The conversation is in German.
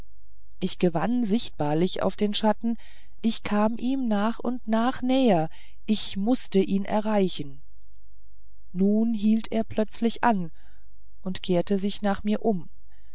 ich gewann sichtbarlich auf den schatten ich kam ihm nach und nach näher ich mußte ihn erreichen nun hielt er plötzlich an und kehrte sich nach mir um